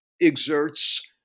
exerts